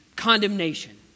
Condemnation